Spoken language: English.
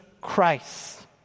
Christ